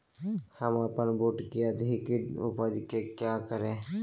हम अपन बूट की अधिक उपज के क्या करे?